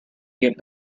get